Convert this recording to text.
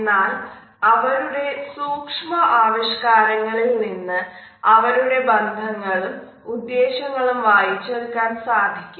എന്നാൽ അവരുടെ സൂക്ഷ്മ ആവിഷ്കാരങ്ങളിൽ നിന്ന് അവരുടെ ബന്ധങ്ങളും ഉദ്ദേശങ്ങളും വായിച്ചെടുക്കാൻ സാധിക്കും